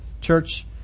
church